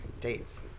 dates